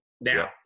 Now